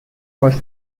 was